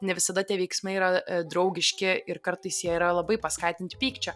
ne visada tie veiksmai yra draugiški ir kartais jie yra labai paskatinti pykčio